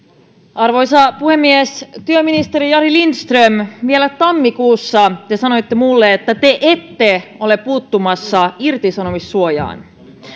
arvoisa puhemies työministeri jari lindström vielä tammikuussa te sanoitte minulle että te ette ole puuttumassa irtisanomissuojaan